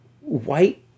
white